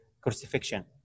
crucifixion